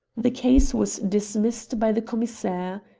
the case was dismissed by the commissaire.